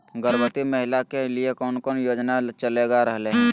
गर्भवती महिला के लिए कौन कौन योजना चलेगा रहले है?